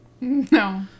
No